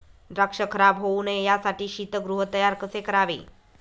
द्राक्ष खराब होऊ नये यासाठी शीतगृह तयार कसे करावे?